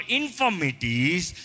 infirmities